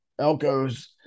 Elkos